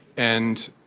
and.